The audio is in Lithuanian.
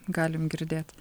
galim girdėt